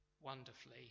wonderfully